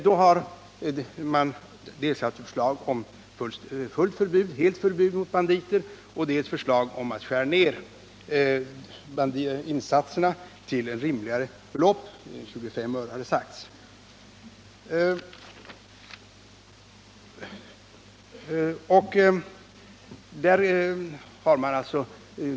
Därvid har man framfört dels förslag om helt förbud mot enarmade banditer, dels Nr 43 förslag om en nedskärning av insatserna till rimligare belopp — 25 öre har nämnts.